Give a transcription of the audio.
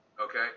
okay